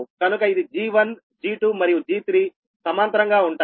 కనుక ఇది G1 G2 మరియు G3 సమాంతరంగా ఉంటాయి